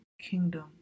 kingdom